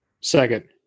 second